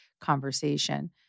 conversation